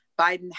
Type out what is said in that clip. Biden